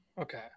Okay